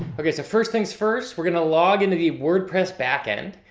okay, so first things first, we're going to log into the wordpress backend.